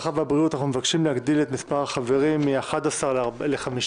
הרווחה והבריאות אנחנו מבקשים להגדיל את מספר החברים מ-11 ל-15,